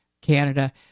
Canada